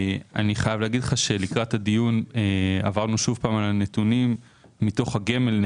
אני חייב להגיד לך שלקראת הדיון עברנו שוב על הנתונים מתוך הגמל נט,